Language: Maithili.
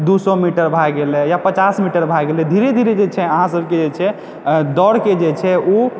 दू सए मीटर भए गेलय या पचास मीटर भए गेलय धीरे धीरे जे छै अहाँ सभके जे छै दौड़के जे छै ओ